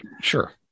Sure